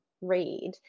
read